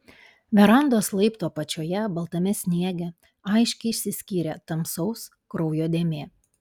verandos laiptų apačioje baltame sniege aiškiai išsiskyrė tamsaus kraujo dėmė